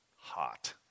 hot